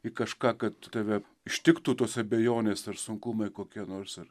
į kažką kad tave ištiktų tos abejonės ar sunkumai kokie nors ir